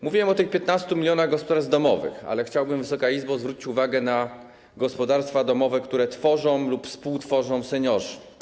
Mówiłem o 15 mln gospodarstw domowych, ale chciałbym, Wysoka Izbo, zwrócić uwagę na gospodarstwa domowe, które tworzą lub współtworzą seniorzy.